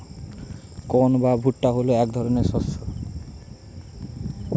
corn বা ভুট্টা হলো এক ধরনের শস্য